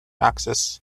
access